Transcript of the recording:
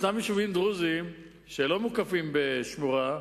יש יישובים דרוזיים שלא מוקפים בשמורה,